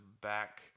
back